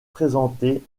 présentées